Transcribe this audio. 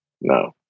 no